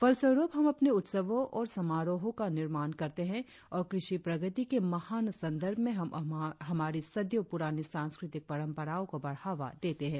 फलस्वरुप हम अपने उत्सवों और समारोहों का निर्माण करते है और कृषि प्रगति के महान संदर्भ में हम हमारी सदियों पुरानी सांस्कृति परंपराओं को बढ़ावा देते है